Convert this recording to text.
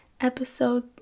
episode